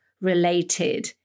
related